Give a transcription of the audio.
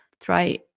try